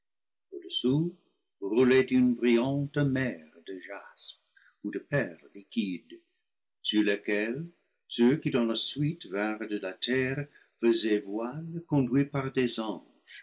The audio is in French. roulait une brillante mer de jaspe ou de perles liquides sur laquelle ceux qui dans la suite vinrent de la terre faisaient voile conduits par dos anges